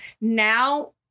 now